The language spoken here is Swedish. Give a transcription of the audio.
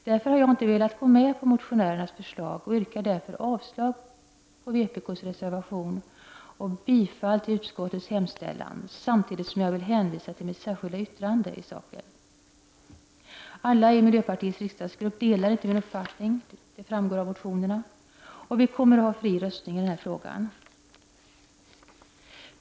Därför har jag inte velat gå med på motionärernas förslag utan yrkar avslag på vpk:s reservation och bifall till utskottets hemställan, samtidigt som jag vill hänvisa till mitt särskilda yttrande i saken. Alla i miljöpartiets riksdagsgrupp delar inte min uppfattning — det framgår av motionerna — och vi kommer att ha fri röstning i den här frågan.